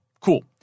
Cool